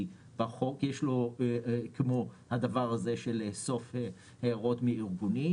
בחוק אלא יש כמו הדבר הזה של לאסוף הערות מארגונים.